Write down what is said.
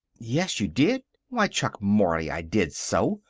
yes, you did! why, chuck mory, i did so!